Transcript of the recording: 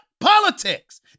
politics